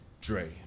Dre